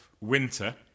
Winter